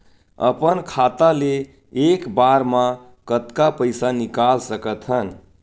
अपन खाता ले एक बार मा कतका पईसा निकाल सकत हन?